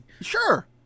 Sure